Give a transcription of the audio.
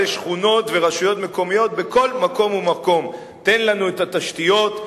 שכונות ורשויות מקומיות בכל מקום ומקום: תן לנו את התשתיות,